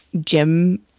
gym